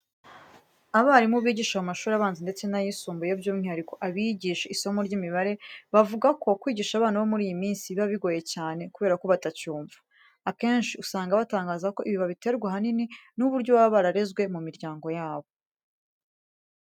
Abarimu bigisha mu mashuri abanza ndetse n'ayisumbuye by'umwihariko abigisha isomo ry'imibare, bavuga ko kwigisha abana bo muri iyi minsi biba bigoye cyane kubera ko batacyumva. Akenshi usanga batangaza ko ibi babiterwa ahanini n'uburyo baba bararezwe mu miryango yabo.